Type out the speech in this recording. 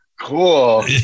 cool